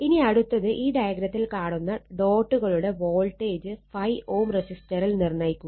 ഇനി അടുത്തത് ഈ ഡയഗ്രത്തിൽ കാണുന്ന ഡോട്ടുകളുടെ വോൾട്ടേജ് 5 Ω റെസിസ്റ്ററിൽ നിർണ്ണയിക്കുക